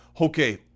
okay